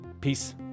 Peace